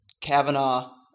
kavanaugh